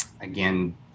Again